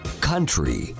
country